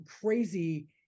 crazy